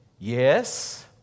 Yes